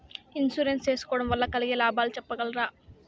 Insurance సేసుకోవడం వల్ల కలిగే లాభాలు సెప్పగలరా?